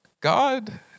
God